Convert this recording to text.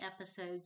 episodes